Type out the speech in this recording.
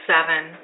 Seven